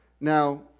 Now